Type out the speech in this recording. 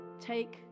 Take